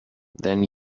then